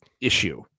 issue